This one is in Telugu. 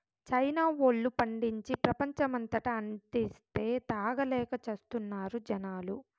చైనా వోల్లు పండించి, ప్రపంచమంతటా అంటిస్తే, తాగలేక చస్తున్నారు జనాలు